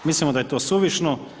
Mislimo da je to suvišno.